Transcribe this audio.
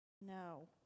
no